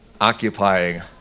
occupying